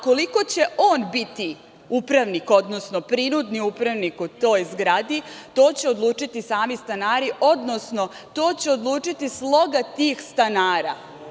Koliko će on biti upravnik, odnosno prinudni upravnik u toj zgradi, to će odlučiti sami stanari, odnosno to će odlučiti sloga tih stanara.